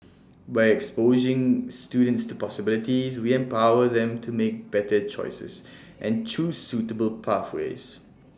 by exposing students to possibilities we empower them to make better choices and choose suitable pathways